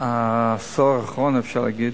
העשור האחרון, אפשר לומר,